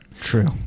True